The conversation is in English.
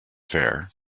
fare